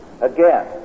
Again